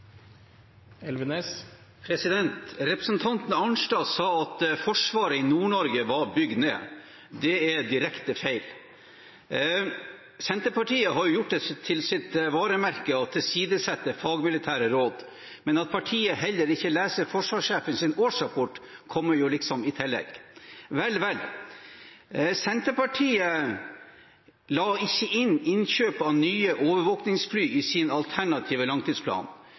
direkte feil. Senterpartiet har jo gjort det til sitt varemerke å tilsidesette fagmilitære råd, men at partiet heller ikke leser forsvarssjefens årsrapport, kommer i tillegg – vel, vel. Senterpartiet la ikke inn innkjøp av nye overvåkingsfly i sin alternative langtidsplan.